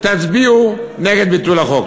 תצביעו נגד ביטול החוק.